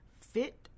fit